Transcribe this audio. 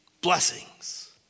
Blessings